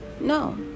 no